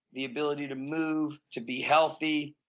the ability to move, to be healthy,